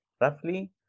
roughly